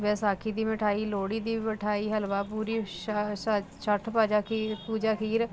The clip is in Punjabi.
ਵਿਸਾਖੀ ਦੀ ਮਿਠਾਈ ਲੋੜੀ ਦੀ ਮਿਠਾਈ ਹਲਵਾ ਪੂਰੀ ਸ਼ਾ ਸ਼ਾਟ ਭਾਜਾ ਕੀ ਪੂਜਾ ਖੀਰ